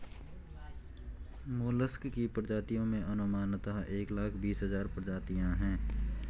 mollusc की प्रजातियों में अनुमानतः एक लाख बीस हज़ार प्रजातियां है